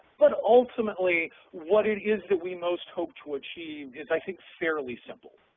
but ultimately what it is that we most hope to achieve is, i think, fairly simple,